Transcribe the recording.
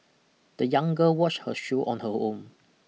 the young girl wash her shoe on her own